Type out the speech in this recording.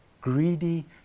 greedy